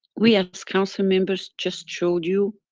we as council members, just showed you,